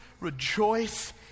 rejoice